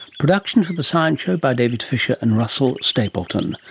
production for the science show by david fisher and russell stapleton.